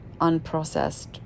unprocessed